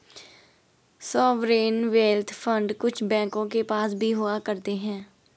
sovereign wealth fund कुछ बैंकों के पास भी हुआ करते हैं